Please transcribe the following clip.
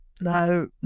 no